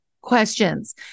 questions